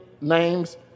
names